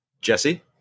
Jesse